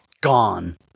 gone